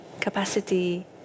Capacity